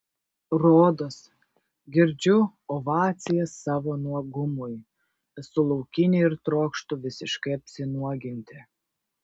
rodos girdžiu ovacijas savo nuogumui esu laukinė ir trokštu visiškai apsinuoginti